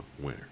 winner